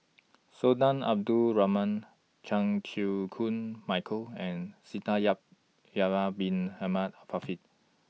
Sultan Abdul Rahman Chan Chew Koon Michael and Yahya Bin Ahmed Afifi